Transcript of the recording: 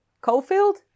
Coalfield